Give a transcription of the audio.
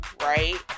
right